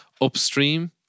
upstream